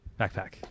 Backpack